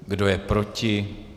Kdo je proti?